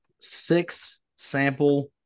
six-sample